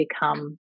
become